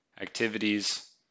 activities